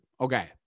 Okay